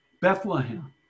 Bethlehem